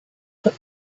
put